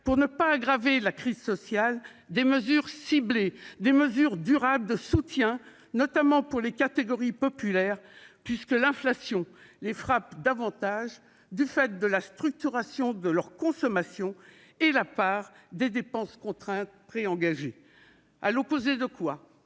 pour ne pas aggraver la crise sociale, des mesures ciblées et durables de soutien, notamment pour les catégories populaires, puisque l'inflation les frappe plus du fait de la structuration de leur consommation et de la part de leurs dépenses contraintes préengagées. Au lieu de quoi,